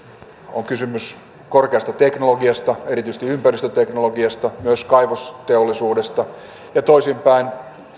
on kysymys korkeasta teknologiasta erityisesti ympäristöteknologiasta myös kaivosteollisuudesta ja toisinpäin